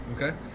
Okay